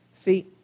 see